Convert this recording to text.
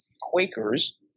Quakers